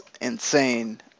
insane